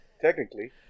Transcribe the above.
Technically